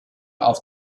auf